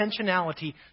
intentionality